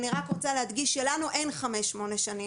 אני רק רוצה להדגיש שלנו אין 8-5 שנים.